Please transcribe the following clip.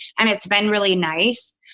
and it's been really nice.